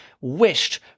wished